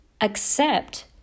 Accept